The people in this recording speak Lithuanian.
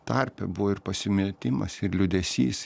tarpe buvo ir pasimetimas ir liūdesys